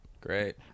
Great